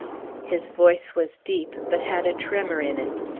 his voice was deep, but had a tremor in it,